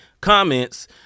comments